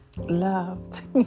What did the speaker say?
loved